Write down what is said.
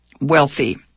wealthy